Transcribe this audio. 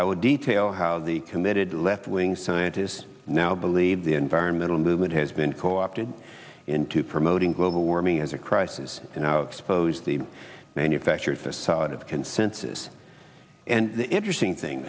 i will detail how the committed left wing scientists now believe the environmental movement has been co opted into promoting global warming as a crisis and expose the manufactured facade of consensus and the interesting thing